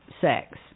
sex